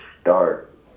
start